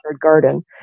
garden